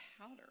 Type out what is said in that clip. powder